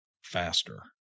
faster